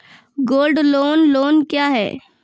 Gold loan loan क्या हैं?